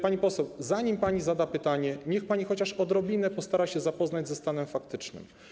Pani poseł, zanim pani zada pytanie, niech pani chociaż trochę postara się zapoznać ze stanem faktycznym.